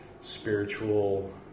spiritual